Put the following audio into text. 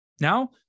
Now